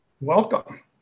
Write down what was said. welcome